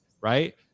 right